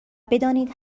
بدانید